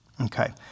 Okay